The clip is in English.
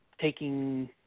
taking